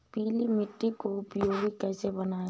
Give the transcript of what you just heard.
पीली मिट्टी को उपयोगी कैसे बनाएँ?